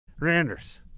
Randers